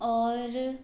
और